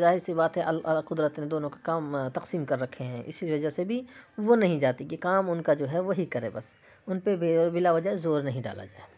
ظاہر سی بات ہے قدرت نے دونوں کے کام تقسیم کر رکھے ہیں اسی وجہ سے بھی وہ نہیں جاتیں کہ کام ان کا جو ہے وہی کریں بس ان پہ بلا وجہ زور نہیں ڈالا جائے